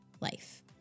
life